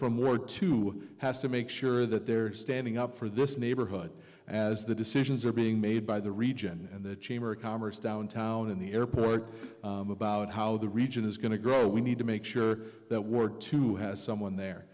board to has to make sure that they're standing up for this neighborhood as the decisions are being made by the region and the chamber of commerce downtown in the airport about how the region is going to grow we need to make sure that we're to have someone there